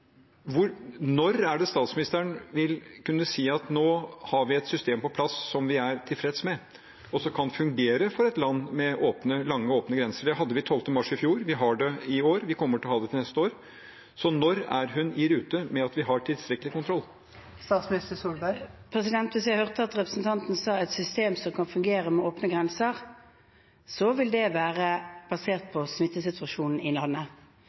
Når er det statsministeren vil kunne si at nå har vi et system på plass som vi er tilfreds med, og som kan fungere for et land med lange, åpne grenser? Det hadde vi 12. mars i fjor, vi har det i år, og vi kommer til å ha det til neste år. Så når er hun i rute med at vi har tilstrekkelig kontroll? Hvis jeg hørte at representanten sa «et system som kan fungere med åpne grenser», så vil det være basert på smittesituasjonen i landet.